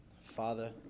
Father